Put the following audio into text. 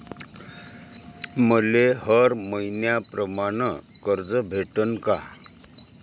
मले हर मईन्याप्रमाणं कर्ज भेटन का?